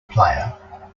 player